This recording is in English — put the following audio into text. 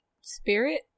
spirit